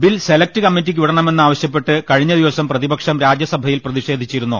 bill select കമ്മിറ്റിക്ക് വിടണമെന്നാവശ്യപ്പെട്ട് കഴിഞ്ഞ ദിവസം പ്രതിപക്ഷം രാജ്യസഭയിൽ പ്രതിഷേധിച്ചിരുന്നു